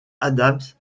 adams